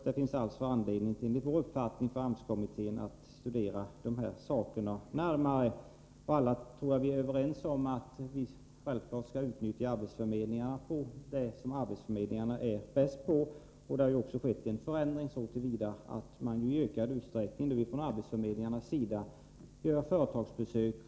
Det finns alltså, enligt vår uppfattning, anledning för AMS-kommittén att studera de här sakerna närmare. Jag tror att vi alla är överens om att vi självfallet skall utnyttja arbetsförmedlingarna till det som de är bäst på. Det har ju också skett en förändring så till vida att man i ökad utsträckning nu från arbetsförmedlingarnas sida gör företagsbesök.